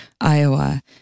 Iowa